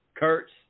Kurtz